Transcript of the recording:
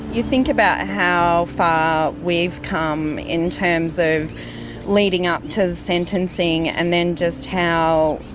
you think about how far we've come in terms of leading up to the sentencing and then just how